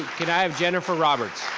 can i have jennifer roberts?